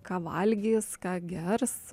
ką valgys ką gers